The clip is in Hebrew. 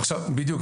בדיוק.